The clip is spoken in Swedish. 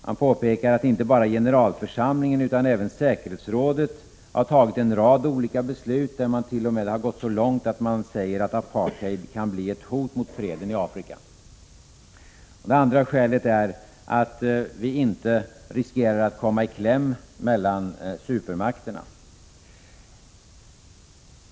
Han påpekar att inte bara generalförsamlingen utan även säkerhetsrådet har fattat en rad olika beslut, där man t.o.m. har gått så långt att man sagt att apartheid kan bli ett hot mot freden i Afrika. Det andra skälet är att vi inte riskerar att komma i kläm mellan supermakterna.